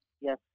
yes